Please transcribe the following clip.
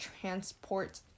transport